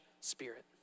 spirit